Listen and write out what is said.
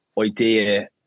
idea